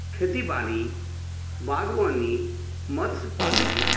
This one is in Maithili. खेती बाड़ी बागवानी मत्स्य पालन